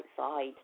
outside